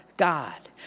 God